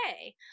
okay